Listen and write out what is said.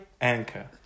Anchor